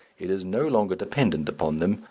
it is no longer dependent upon them,